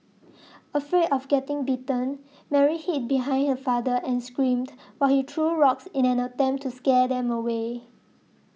afraid of getting bitten Mary hid behind her father and screamed while he threw rocks in an attempt to scare them away